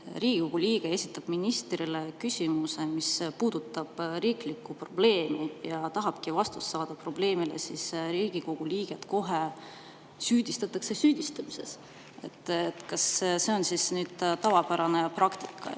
Riigikogu liige esitab ministrile küsimuse, mis puudutab riiklikku probleemi, ja tahab vastust saada, siis Riigikogu liiget kohe süüdistatakse süüdistamises? Kas see on tavapärane praktika,